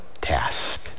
task